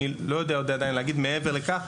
אני לא יודע עדיין להגיד מעבר לכך,